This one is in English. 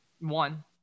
One